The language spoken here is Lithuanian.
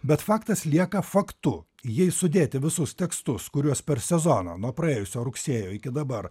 bet faktas lieka faktu jei sudėti visus tekstus kuriuos per sezoną nuo praėjusio rugsėjo iki dabar